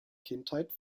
kindheit